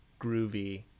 groovy